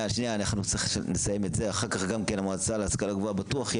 אמנם הם נמצאים באיזו תקרה מסוימת ויש